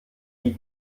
die